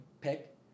pick